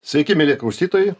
sveiki mieli klausytojai